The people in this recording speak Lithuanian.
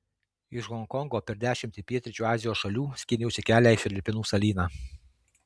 iš honkongo per dešimtį pietryčių azijos šalių skyniausi kelią į filipinų salyną